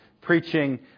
preaching